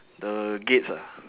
the gates ah